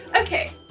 okay.